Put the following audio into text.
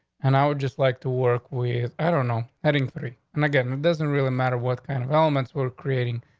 and i would just like to work with, i don't know, heading three and again. it doesn't really matter what kind of elements were creating.